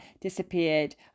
disappeared